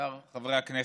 השר, חברי הכנסת,